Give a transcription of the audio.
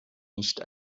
nicht